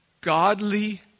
Godly